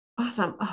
Awesome